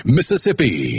Mississippi